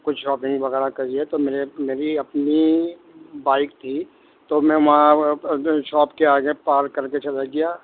کچھ شاپنگ وغیرہ کری ہے تو میری اپنی بائک تھی تو میں وہاں میں شاپ کے آگے پارک کر کے چلا گیا